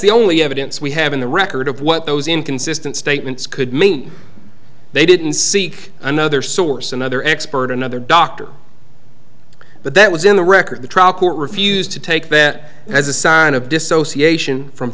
the only evidence we have in the record of what those inconsistent statements could mean they didn't seek another source another expert another doctor but that was in the record the trial court refused to take that as a sign of dissociation from